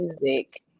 music